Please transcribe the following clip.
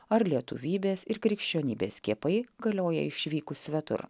ar lietuvybės ir krikščionybės skiepai galioja išvykus svetur